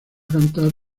cantar